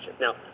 Now